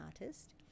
artist